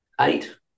eight